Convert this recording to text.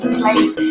place